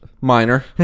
Minor